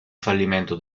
fallimento